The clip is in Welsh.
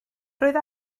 roedd